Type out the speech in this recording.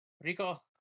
Rico